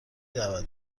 دعوت